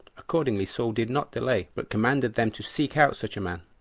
accordingly saul did not delay, but commanded them to seek out such a man.